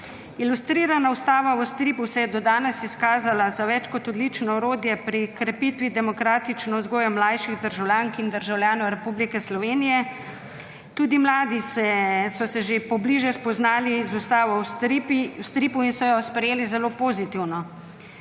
Ilustrirana Ustava v stripu se je do danes izkazala za več kot odlično orodje pri krepitvi demokratične vzgoje mlajših državljank in državljanov Republike Slovenije. Tudi mladi so se že pobliže spoznali z Ustavo v stripu in so jo sprejeli zelo pozitivno.